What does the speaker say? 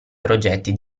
progetti